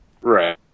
Right